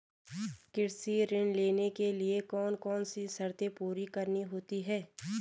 कृषि ऋण लेने के लिए कौन कौन सी शर्तें पूरी करनी होती हैं?